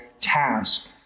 task